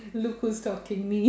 looks who talking me